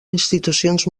institucions